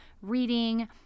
reading